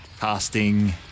casting